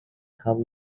how